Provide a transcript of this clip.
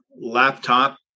laptop